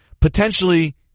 potentially